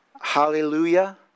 Hallelujah